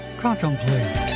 Contemplate